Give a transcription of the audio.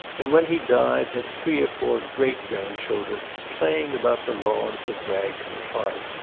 and when he died had three or four great-grandchildren playing about the lawns of bragton park.